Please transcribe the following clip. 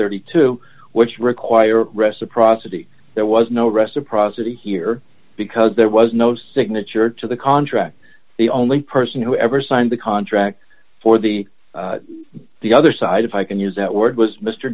thirty two which require reciprocity there was no reciprocity here because there was no signature to the contract the only person who ever signed the contract for the the other side if i can use that word was mr